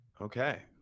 Okay